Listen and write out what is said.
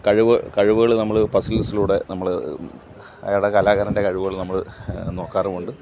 കഴിവ് കഴിവുകൾ നമ്മൾ പസ്സിൽസിലൂടെ നമ്മൾ അയാളെ കലാകാരൻ്റെ കഴിവുകൾ നമ്മൾ നോക്കാറുമുണ്ട്